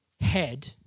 head